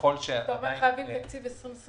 כלומר, אתה אומר שחייבים תקציב ל-2021.